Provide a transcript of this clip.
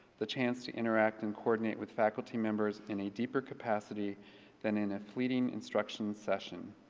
the chance to interact and coordinate with faculty members in a deeper capacity than in a fleeing instruction session.